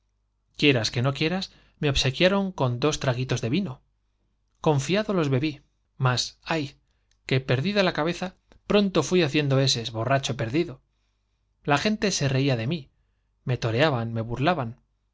quieras que no quieras me obsequiaron con dos traguitos de vino confiado los bebí más j ay que perdida la cabeza pronto fuí haciendo eses borracho perdido la gente se reía de mí me toreaban me burlaban